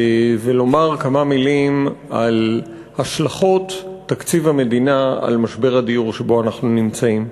לומר כמה מילים על השלכות תקציב המדינה על משבר הדיור שבו אנחנו נמצאים.